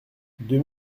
deux